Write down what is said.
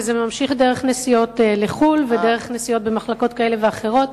וזה נמשך דרך נסיעות לחוץ-לארץ ודרך נסיעות במחלקות כאלה ואחרות.